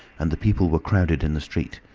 and the people were crowded in the street.